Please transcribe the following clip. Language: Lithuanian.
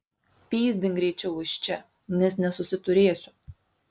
pyzdink greičiau iš čia nes nesusiturėsiu